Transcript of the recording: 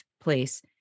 place